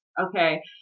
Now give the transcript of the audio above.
Okay